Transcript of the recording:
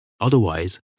Otherwise